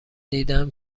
دیدهام